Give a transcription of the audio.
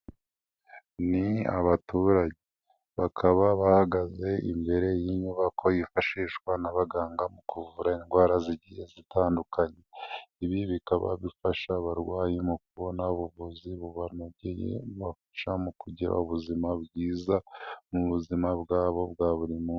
Ni abaturage. Bakaba bahagaze imbere y'inyubako yifashishwa n'abaganga mu kuvura indwara zigiye zitandukanye. Ibi bikaba bifasha abarwayi mu kubona ubuvuzi bubanogeye bubafasha mu kugira ubuzima bwiza mu buzima bwabo bwa buri munsi.